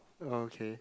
okay